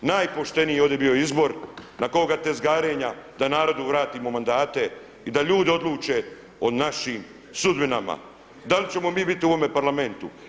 Najpošteniji je ovdje bio izbor na koga tezgarenja da narodu vratimo mandate i da ljudi odluče o našim sudbinama da li ćemo mi biti u ovome Parlamentu.